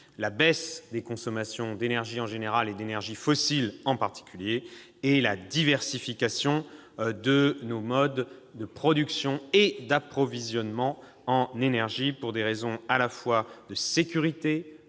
la baisse des consommations d'énergie en général, d'énergies fossiles en particulier ; la diversification de nos modes de production et d'approvisionnement en énergie. C'est notamment une question de sécurité.